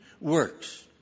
works